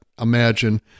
imagine